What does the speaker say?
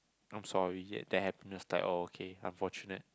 I'm sorry ya they had just like oh okay unfortunate